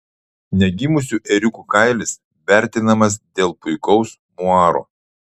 negimusių ėriukų kailis vertinamas dėl puikaus muaro